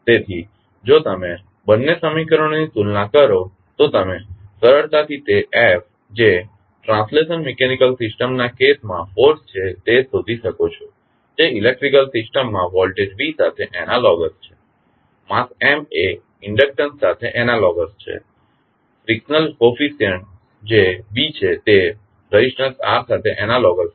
તેથી જો તમે બંને સમીકરણોની તુલના કરો તો તમે સરળતાથી તે F જે ટ્રાંસલેશનલ મિકેનિકલ સિસ્ટમના કેસમાં ફોર્સ છે તે શોધી શકો છો જે ઇલેક્ટ્રિકલ સિસ્ટમમાં વોલ્ટેજ V સાથે એનાલોગસ છે માસ એ ઇન્ડકટંસ સાથે એનાલોગસ છે ફ્રીક્શંલ કોફીસ્યંટ જે B છે તે રેઝિસ્ટન્સ R સાથે એનાલોગસ છે